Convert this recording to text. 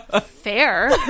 Fair